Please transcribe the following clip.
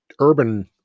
urban